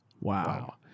Wow